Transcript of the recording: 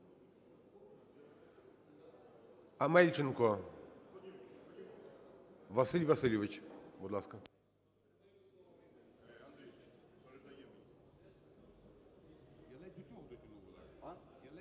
Амельченко Василь Васильович, будь ласка.